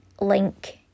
link